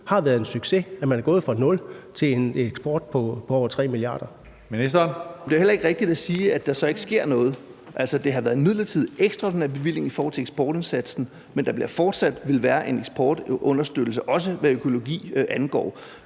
for fødevarer, landbrug og fiskeri (Jacob Jensen): Men det er heller ikke rigtigt at sige, at der så ikke sker noget. Altså, det har været en midlertidig ekstraordinær bevilling i forhold til eksportindsatsen, men der vil fortsat være en eksportunderstøttelse, også hvad økologi angår.